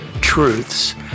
truths